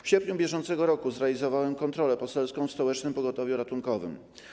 W sierpniu br. zrealizowałem kontrolę poselską w stołecznym pogotowiu ratunkowym.